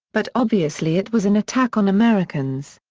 but obviously it was an attack on americans.